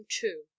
two